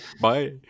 Bye